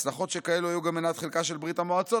הצלחות שכאלה היו גם מנת חלקה של ברית המועצות,